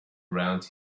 around